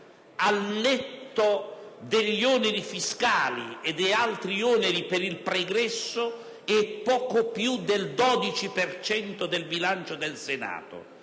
al netto degli oneri fiscali e di altri oneri per il pregresso, è poco più del 12 per cento del bilancio del Senato.